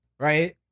Right